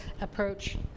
approach